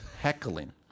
heckling